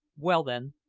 well, then,